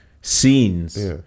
scenes